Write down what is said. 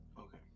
Okay